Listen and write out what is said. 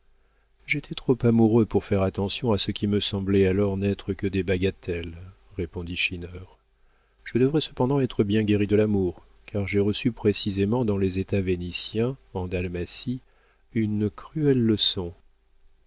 j'étais trop amoureux pour faire attention à ce qui me semblait alors n'être que des bagatelles répondit schinner je devrais cependant être bien guéri de l'amour car j'ai reçu précisément dans les états vénitiens en dalmatie une cruelle leçon